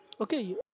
okay